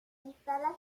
instala